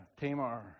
Tamar